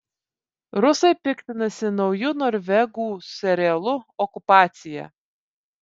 rusai piktinasi nauju norvegų serialu okupacija